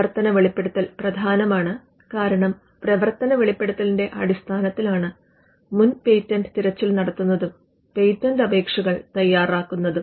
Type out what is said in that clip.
പ്രവർത്തന വെളിപ്പെടുത്തൽ പ്രധാനമാണ് കാരണം പ്രവർത്തന വെളിപ്പെടുത്തലിന്റെ അടിസ്ഥാനത്തിലാണ് മുൻ പേറ്റന്റ് തിരച്ചിൽ നടത്തുന്നതും പേറ്റന്റ് അപേക്ഷകൾ തയ്യാറാക്കുന്നതും